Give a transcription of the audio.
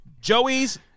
Joey's